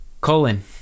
Colon